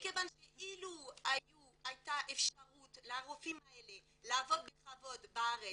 מכיוון שאילו הייתה אפשרות לרופאים האלה לעבוד בכבוד בארץ